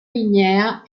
lignea